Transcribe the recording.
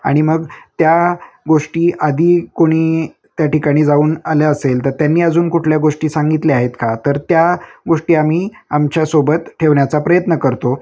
आणि मग त्या गोष्टी आधी कोणी त्या ठिकाणी जाऊन आलं असेल तर त्यांनी अजून कुठल्या गोष्टी सांगितल्या आहेत का तर त्या गोष्टी आम्ही आमच्यासोबत ठेवण्याचा प्रयत्न करतो